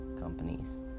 companies